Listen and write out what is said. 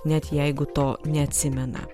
net jeigu to neatsimena